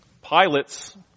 pilots